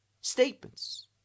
statements